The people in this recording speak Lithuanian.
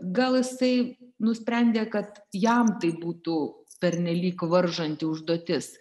gal jisai nusprendė kad jam tai būtų pernelyg varžanti užduotis